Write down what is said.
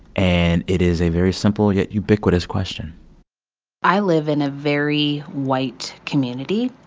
and it is a very simple yet ubiquitous question i live in a very white community.